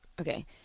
okay